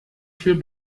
viel